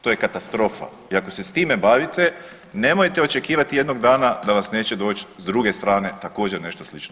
To je katastrofa i ako se s time bavite nemojte očekivati jednog dana da vas neće doć s druge strane također nešto slično.